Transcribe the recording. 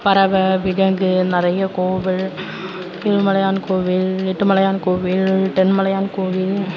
பறவை விலங்கு நெறைய கோவில் ஏழுமலையான் கோவில் எட்டு மலையான் கோவில் தென் மலையான் கோவில்